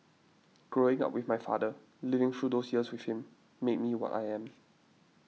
growing up with my father living through those years with him made me what I am